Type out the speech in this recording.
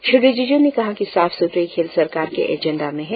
श्री रिजिजू ने कहा कि साफ सुथरे खेल सरकार के एजेंडा में है